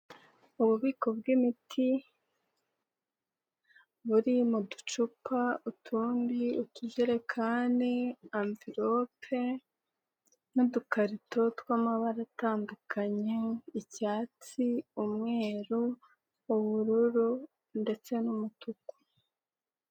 Ububiko bw'imiti buri mu ducupa, utundi utujekani ,anvilope n'udukarito tw'amabara atandukanye icyatsi, umweru ,ubururu ndetse n'umutuku.